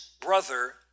brother